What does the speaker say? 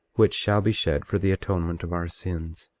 which shall be shed for the atonement of our sins.